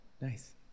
Nice